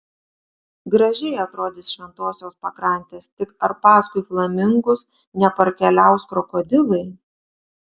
gražiai atrodys šventosios pakrantės tik ar paskui flamingus neparkeliaus krokodilai